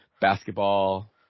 basketball